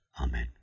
Amen